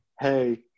hey